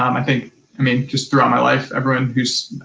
um i mean i mean just throughout my life, everyone who's,